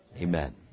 Amen